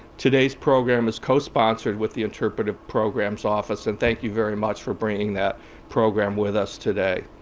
today's program is co-sponsored with the interpretive programs office, and thank you very much for bringing that program with us today.